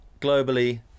globally